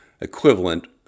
equivalent